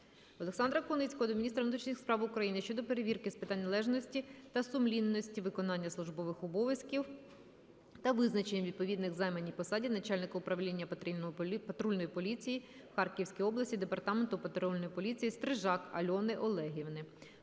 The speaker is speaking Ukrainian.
Олександра Куницького до міністра внутрішніх справ України щодо перевірки з питань належності та сумлінності виконання службових обов'язків та визначення відповідності займаній посаді начальника Управління патрульної поліції в Харківській області Департаменту патрульної поліції Стрижак Альони Олегівни.